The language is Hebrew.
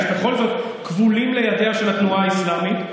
הם בכל זאת כבולים לידיה של התנועה האסלאמית,